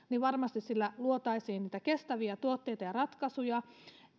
varmasti luotaisiin niitä kestäviä tuotteita ja ratkaisuja